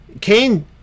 Cain